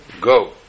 go